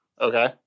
Okay